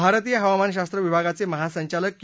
भारतीय हवामान शास्त्र विभागाचे महासंचालक के